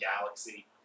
galaxy